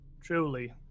truly